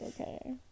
Okay